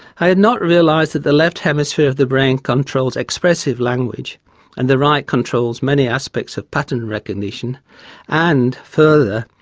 i had not realised that the left hemisphere of the brain controls expressive language and the right controls many aspects of pattern recognition and further,